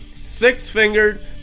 six-fingered